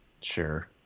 Sure